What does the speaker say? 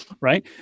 right